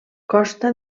costa